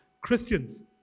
Christians